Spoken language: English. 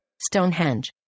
Stonehenge